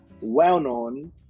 well-known